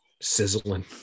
sizzling